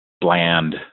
bland